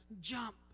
jump